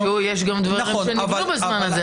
אבל חוץ מהשיהוי יש גם דברים שנבנו בזמן הזה,